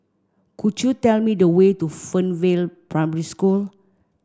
could you tell me the way to Fernvale Primary School